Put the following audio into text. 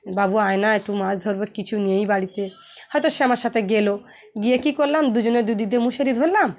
বাবু আয় না একটু মাছ ধরবো কিছু নেই বাড়িতে হয়তো সেজন্য আমার সাথে গেলো গিয়ে কী করলাম দুজনের দুটি দিয়ে মশারি ধরলাম